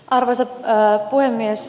arvoisa puhemies